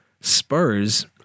Spurs